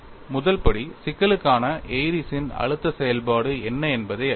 முதல் படி சிக்கலுக்கான ஏரிஸ்ன் Airy's அழுத்த செயல்பாடு என்ன என்பதை அறிவது